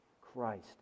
Christ